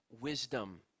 Wisdom